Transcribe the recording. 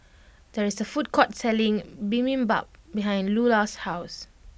there is a food court selling Bibimbap behind Lulah's house